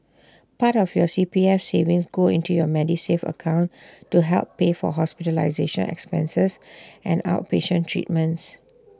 part of your C P F savings go into your Medisave account to help pay for hospitalization expenses and outpatient treatments